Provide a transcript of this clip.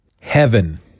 heaven